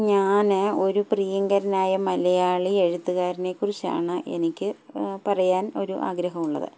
ഞാൻ ഒരു പ്രിയങ്കരനായ മലയാളി എഴുത്തുകാരനെ കുറിച്ചാണ് എനിക്ക് പറയാൻ ഒരു ആഗ്രഹം ഉള്ളത്